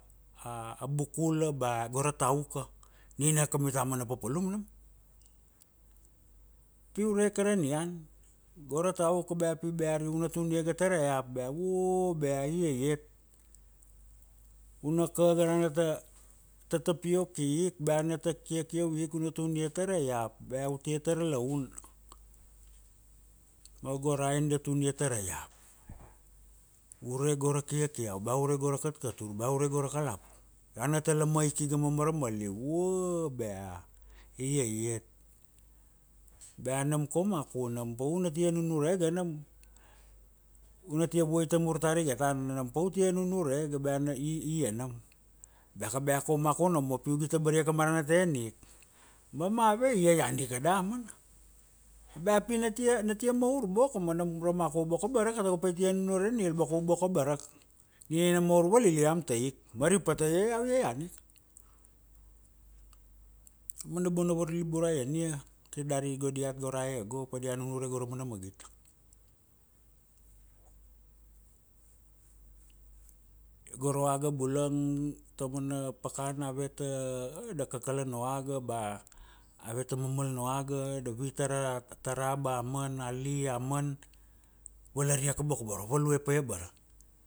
a bukula, ba go ra tauka nina ka mita mana papalum nam, pi ure ke ra nian. Go ra tauka bea pi bea ari una tun ia ga ta ra iap bea oh bea iaiat. U na ka ga ra na ta, ta tapiok ik bea ana ta kiakiau ik u na tun ia ta ra iap bea u tia tar laun. Ma go ra a en da tun ia ta ra iap, ure go ra kiakiau ba ure go ra katkatur ba ure go ra kalapu, io ana ta lama ik iga ma marama liu vua bea iaiat, bea nam kaum maku nam pa u na tia nunurege nam, u na tia vuai ta mur tar iga tana nam pa u tia nunurege ba ia nam, baka bea kaum maku nomo pi ugi tabar ia ka ma ra ana ta en ik ma mave i iaian ika damana, bea pi na tia, na tia maur boko ma nam ra maku boko abara ka tago paitia nunure ra ni il boko u boko abara ka, nina ina maur valili io am ta ik, ma ari pat io iau iaian ika. A mana bona varliburai ania, kir dari go diat go rae go pa dia nunure go ra mana magit. Go ra oaga bulang ta mana pakana ave ta, da kakala na oaga ba ave ta mamal na oaga, da vi tar ra ba aman, ali, aman, valaria ka boko u boro, value pa ia abara